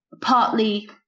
partly